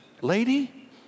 lady